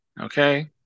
Okay